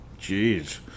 Jeez